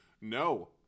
no